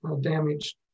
damaged